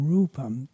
Rupam